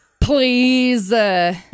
Please